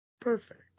Perfect